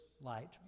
light